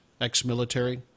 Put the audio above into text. ex-military